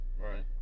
Right